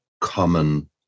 common